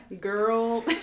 Girl